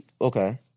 Okay